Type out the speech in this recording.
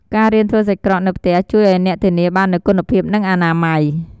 ការរៀនធ្វើសាច់ក្រកនៅផ្ទះជួយឱ្យអ្នកធានាបាននូវគុណភាពនិងអនាម័យ។